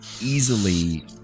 easily